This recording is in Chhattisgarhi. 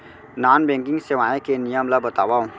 नॉन बैंकिंग सेवाएं के नियम ला बतावव?